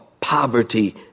poverty